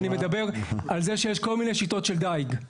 אני מדבר על זה שיש כל מיני שיטות של דייג.